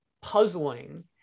puzzling